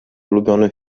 ulubiony